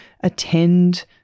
attend